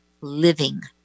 living